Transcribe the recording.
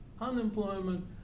unemployment